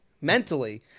Mentally